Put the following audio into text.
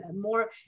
more